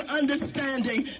understanding